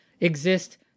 exist